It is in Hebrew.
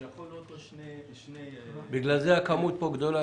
שיכולים שני כלי רכב.